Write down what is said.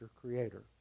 Creator